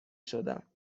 شدم